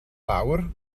lawr